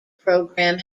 program